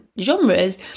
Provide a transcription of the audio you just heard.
genres